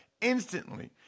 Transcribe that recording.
instantly